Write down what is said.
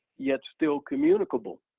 yet still communicable.